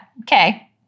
Okay